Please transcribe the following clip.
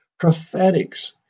Prophetics